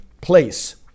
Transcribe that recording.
place